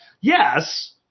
Yes